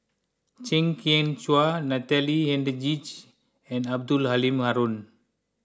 Chew Kheng Chuan Natalie Hennedige and Abdul Halim Haron